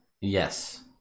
Yes